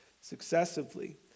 successively